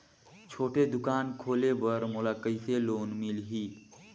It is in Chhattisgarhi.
छोटे दुकान खोले बर मोला कइसे लोन मिलही?